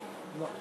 אה,